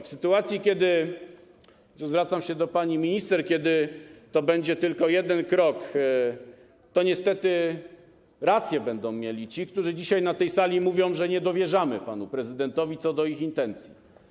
W sytuacji, kiedy - tutaj zwracam się do pani minister - to będzie tylko jeden krok, to niestety rację będą mieli ci, którzy dzisiaj na tej sali mówią: nie dowierzamy panu prezydentowi co do jego intencji.